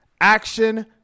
Action